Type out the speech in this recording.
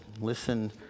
Listen